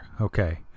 okay